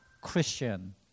christian